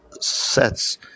sets